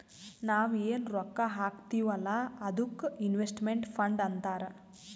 ನಾವ್ ಎನ್ ರೊಕ್ಕಾ ಹಾಕ್ತೀವ್ ಅಲ್ಲಾ ಅದ್ದುಕ್ ಇನ್ವೆಸ್ಟ್ಮೆಂಟ್ ಫಂಡ್ ಅಂತಾರ್